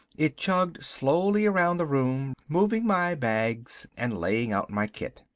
it chugged slowly around the room, moving my bags and laying out my kit.